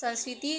संस्कृति